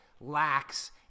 lacks